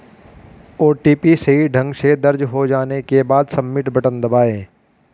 OTP सही ढंग से दर्ज हो जाने के बाद, सबमिट बटन दबाएं